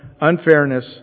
unfairness